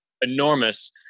Enormous